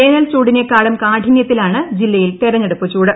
വേനൽ ചൂടിനെക്കാളും കാഠിന്യത്തിലാണ് ജില്ലയിൽ തെരഞ്ഞെടുപ്പ് ചൂട്